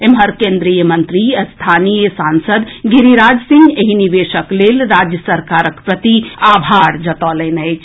एम्हर केन्द्रीय मंत्री आ स्थानीय सांसद गिरिराज सिंह एहि निवेशक लेल राज्य सरकारक प्रति आभार जतौलनि अछि